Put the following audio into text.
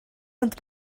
ond